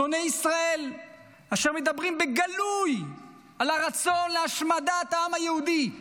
שונאי ישראל אשר מדברים בגלוי על הרצון להשמדת העם היהודי,